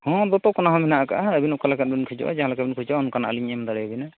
ᱦᱚᱸ ᱫᱚᱛᱚ ᱚᱱᱟ ᱦᱚᱸ ᱢᱮᱱᱟᱜ ᱟᱠᱟᱜᱼᱟ ᱟᱵᱤᱱ ᱚᱠᱟᱞᱮᱠᱟᱱ ᱵᱤᱱ ᱠᱷᱚᱡᱚᱜᱼᱟ ᱡᱟᱦᱟᱸ ᱞᱮᱠᱟ ᱵᱤᱱ ᱠᱷᱚᱡᱚᱜᱼᱟ ᱚᱱᱠᱟᱱᱟᱜ ᱞᱤᱧ ᱮᱢ ᱫᱟᱲᱮᱭᱟᱵᱮᱱᱟ